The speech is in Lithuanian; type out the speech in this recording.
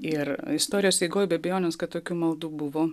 ir istorijos eigoj be abejonės kad tokių maldų buvo